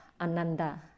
Ananda